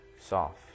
soft